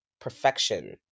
perfection